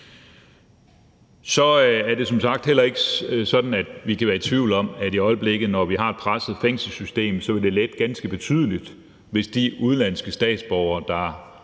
Så er det som sagt heller ikke sådan, at vi kan være i tvivl om, at det i øjeblikket, hvor vi har et presset fængselssystem, vil lette ganske betydeligt, hvis de udenlandske statsborgere, der